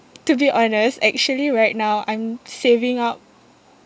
to be honest actually right now I'm saving up